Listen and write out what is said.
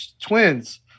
Twins